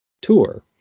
tour